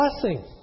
blessing